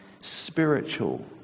spiritual